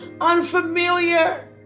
Unfamiliar